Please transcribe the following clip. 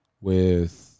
With-